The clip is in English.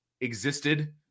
existed